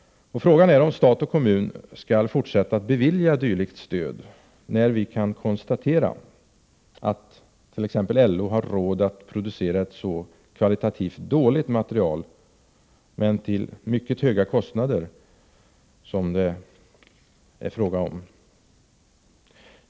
Frågan är om stat och kommun skall fortsätta att bevilja dylikt stöd när vi kan konstatera att t.ex. LO har råd att producera ett kvalitativt dåligt material till mycket höga kostnader.